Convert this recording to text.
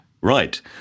right